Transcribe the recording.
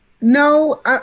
No